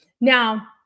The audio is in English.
Now